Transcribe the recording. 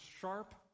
sharp